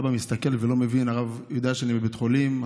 אבא מסתכל ולא מבין: הרב יודע שאני בבית חולים,